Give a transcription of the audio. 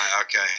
Okay